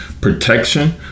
protection